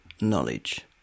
knowledge